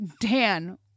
Dan